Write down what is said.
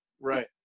Right